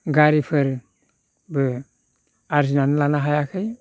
गारिफोरबो आरजिनानै लानो हायाखै